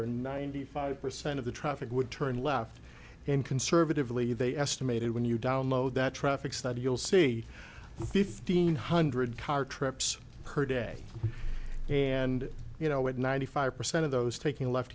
or ninety five percent of the traffic would turn left and conservatively they estimated when you download that traffic study you'll see fifteen hundred car trips per day and you know what ninety five percent of those taking a left